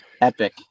epic